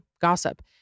gossip